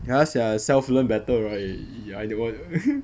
ya sia self learn better right